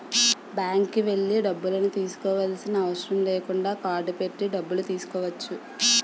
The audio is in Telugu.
బ్యాంక్కి వెళ్లి డబ్బులను తీసుకోవాల్సిన అవసరం లేకుండా కార్డ్ పెట్టి డబ్బులు తీసుకోవచ్చు